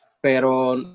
pero